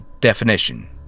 definition